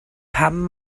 pam